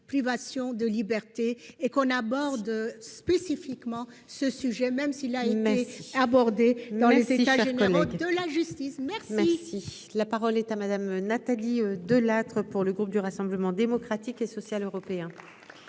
privation de liberté et qu'on aborde spécifiquement ce sujet même si là, il est dans les échanges commerciaux de la justice maire. Merci, la parole est à Madame Nathalie Delattre pour le groupe du Rassemblement démocratique et social européen.